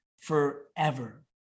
forever